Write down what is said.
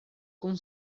com